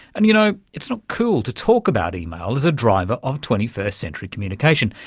and, you know, it's not cool to talk about email as a driver of twenty first century communication,